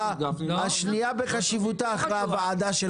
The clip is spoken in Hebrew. השנייה בחשיבותה אחרי הוועדה שלך.